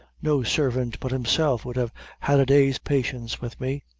no servant but himself would have had a day's patience with me.